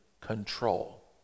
control